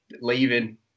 leaving